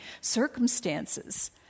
circumstances